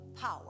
power